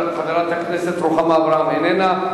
חברת הכנסת רוחמה אברהם, איננה.